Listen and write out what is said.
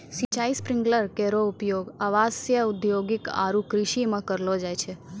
सिंचाई स्प्रिंकलर केरो उपयोग आवासीय, औद्योगिक आरु कृषि म करलो जाय छै